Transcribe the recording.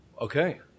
Okay